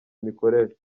imikorere